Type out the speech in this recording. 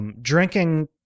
Drinking